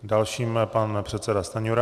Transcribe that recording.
Dalším pan předseda Stanjura.